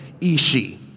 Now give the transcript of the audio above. Ishi